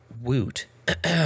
Woot